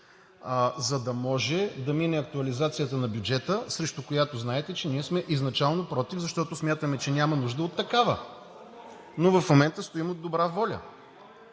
за да мине актуализацията на бюджета, срещу която знаете, че ние сме изначално против, защото смятаме, че няма нужда от такава, то стоим от добра воля.